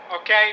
okay